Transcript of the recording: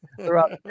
throughout